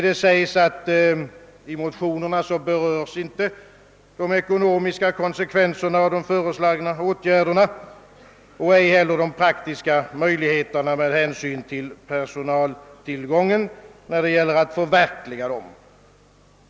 Det heter, att i motionerna berörs inte »de ekonomiska konsekvenserna av de före-- slagna åtgärderna och ej heller de praktiska möjligheterna med hänsyn till personaltillgången att förverkliga dem«.